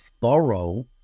thorough